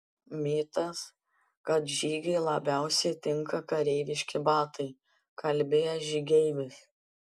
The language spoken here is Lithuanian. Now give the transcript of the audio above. mitas kad žygiui labiausiai tinka kareiviški batai kalbėjo žygeivis